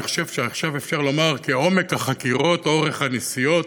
אני חושב שעכשיו אפשר לומר: כעומק החקירות אורך הנסיעות.